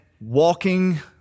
walking